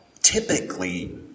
typically